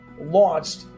launched